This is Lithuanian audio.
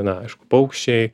na aišku paukščiai